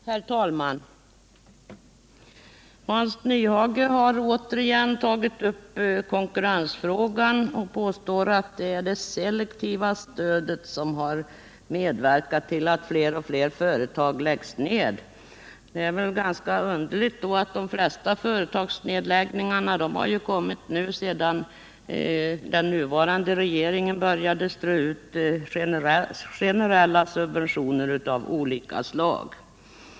Herr talman! Hans Nyhage har återigen tagit upp konkurrensfrågan och påstår att det är det selektiva stödet som har medverkat till att fler och fler företag läggs ned. Det är ganska underligt då att de flesta företagsnedläggningarna har skett sedan den nuvarande regeringen började strö ut generella subventioner av olika slag.